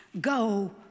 go